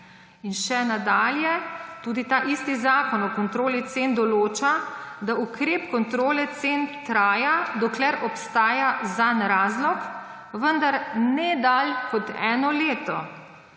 In še nadalje. Zakon o kontroli cen tudi določa, da ukrep kontrole cen traja, dokler obstaja zanj razlog, vendar ne dalj kot eno leto.